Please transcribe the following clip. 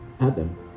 Adam